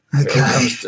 Okay